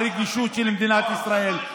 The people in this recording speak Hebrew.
הרגישות של מדינת ישראל,